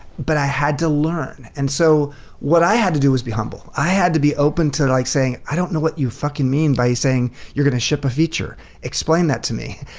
but i had to learn. and so what i had to do was be humble. i had to be open to like, saying, i don't know what you fucking mean by saying you're gonna ship a feature. explain that to me.